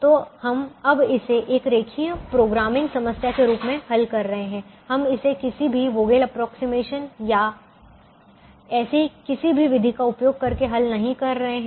तो हम अब इसे एक रेखीय प्रोग्रामिंग समस्या के रूप में हल कर रहे हैं हम इसे किसी भी वोगेल एप्रोक्सीमेशन Vogel's approximation या ऐसी किसी भी विधि का उपयोग करके हल नहीं कर रहे हैं